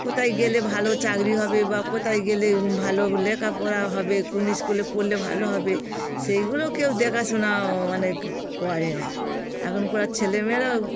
কোথায় গেলে ভালো চাকরি হবে বা কোথায় গেলে ভালো লেখাপড়া হবে কোন স্কুলে পড়লে ভালো হবে সেগুলো কেউ দেখাশোনা মানে করে না এখনকার ছেলেমেয়েরাও